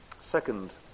Second